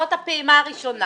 זאת הפעימה הראשונה.